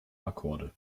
akkorde